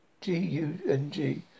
G-U-N-G